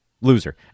loser